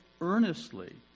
earnestly